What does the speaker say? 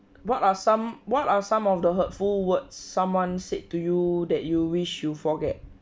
what are some what are some of the hurtful words someone said to you that you wish you forget